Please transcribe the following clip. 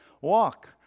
Walk